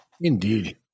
Indeed